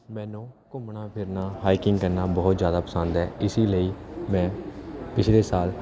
ਮੈਨੂੰ ਘੁੰਮਣਾ ਫਿਰਨਾ ਹਾਈਕਿੰਗ ਕਰਨਾ ਬਹੁਤ ਜ਼ਿਆਦਾ ਪਸੰਦ ਹੈ ਇਸ ਲਈ ਮੈਂ ਪਿਛਲੇ ਸਾਲ